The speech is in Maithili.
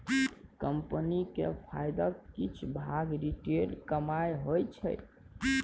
कंपनी केर फायदाक किछ भाग रिटेंड कमाइ होइ छै